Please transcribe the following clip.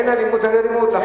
אין אלימות נגד אלימות.